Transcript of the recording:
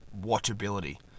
watchability